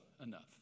enough